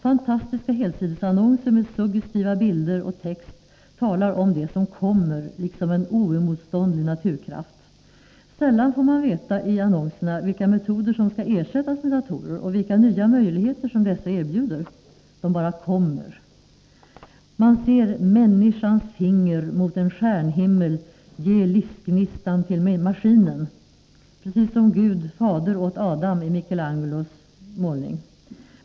Fantastiska helsidesannonser med suggestiva bilder och suggestiv text talar om det som kommer, liksom en oemotståndlig naturkraft. Sällan får man i annonserna veta vilka metoder som skall ersättas med datorer och vilka nya möjligheter som dessa erbjuder — de bara kommer! Man ser människans finger mot en stjärnhimmel ge livsgnistan till maskinen, precis som Gud Fader åt Adam i Michelangelos målning.